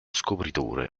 scopritore